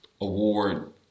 award